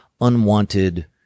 unwanted